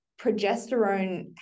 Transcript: progesterone